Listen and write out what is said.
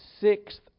sixth